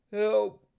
help